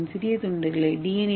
ஏவின் சிறிய துண்டுகளை டி